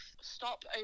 stop